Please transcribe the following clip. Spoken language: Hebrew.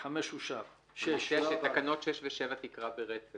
אין תקנה 5 לתקנות הטיס (רישיונות לעובדי